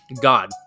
God